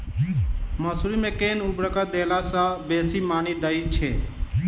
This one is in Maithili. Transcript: मसूरी मे केँ उर्वरक देला सऽ बेसी मॉनी दइ छै?